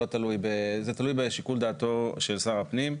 זה תלוי בשיקול דעתו של שר הפנים.